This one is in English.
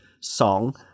song